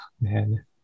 man